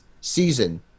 season